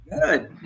Good